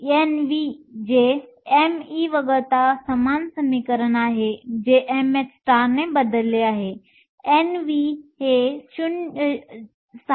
Nv जे me वगळता समान समीकरण आहे जे mh ने बदलले आहे Nv 6